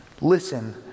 Listen